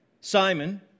Simon